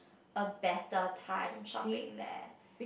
a better time shopping there